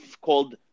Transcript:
called